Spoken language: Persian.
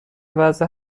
وضع